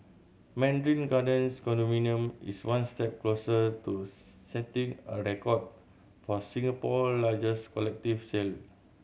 Mandarin Gardens condominium is one step closer to setting a record for Singapore largest collective sale